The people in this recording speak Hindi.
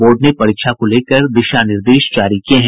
बोर्ड ने परीक्षा को लेकर दिशा निर्देश जारी किये हैं